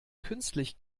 künstlich